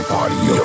Party